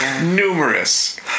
numerous